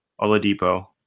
Oladipo